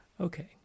Okay